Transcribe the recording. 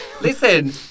Listen